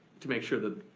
to make sure that